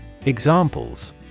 Examples